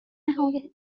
نهایت